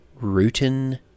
Rootin